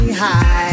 high